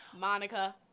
Monica